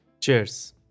Cheers